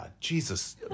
Jesus